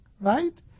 Right